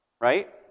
right